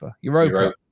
Europa